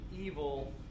evil